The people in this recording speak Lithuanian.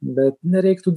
bet nereiktų